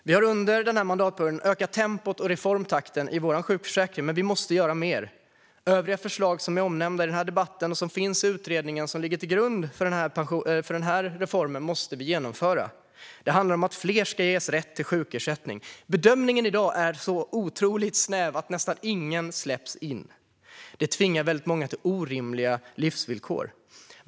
Vi har under den här mandatperioden ökat tempot och reformtakten i vår sjukförsäkring, men vi måste göra mer. Övriga förslag som nämnts i debatten och som finns i den utredning som ligger till grund för den här reformen måste vi genomföra. Det handlar om att fler ska ges rätt till sjukersättning. Bedömningen är i dag så otroligt snäv att nästan ingen släpps in, vilket tvingar många till orimliga livsvillkor.